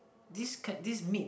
this can this meat